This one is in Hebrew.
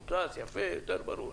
זה מודפס יפה, יותר ברור.